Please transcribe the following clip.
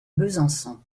besançon